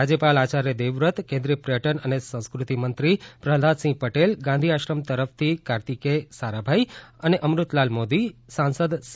રાજ્યપાલ આચાર્ય દેવવ્રત કેન્દ્રિય પર્યટન અને સંસ્કૃતિ મંત્રી પ્રહલાદ સિંહ પટેલ ગાંધી આશ્રમ તરફથી કાર્તિકેય સારાભાઇ અને અમૃતલાલ મોદી સાંસદ સી